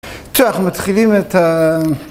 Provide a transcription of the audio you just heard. אנחנו מתחילים את ה...